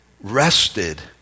rested